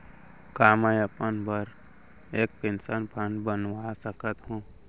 का मैं अपन बर एक पेंशन फण्ड बनवा सकत हो?